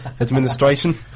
Administration